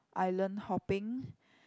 island hopping